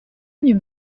venues